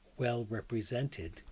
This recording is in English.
well-represented